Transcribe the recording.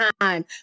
time